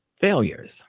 failures